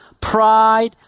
Pride